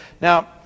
Now